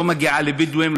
לא מגיעה לבדואים,